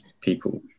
people